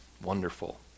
wonderful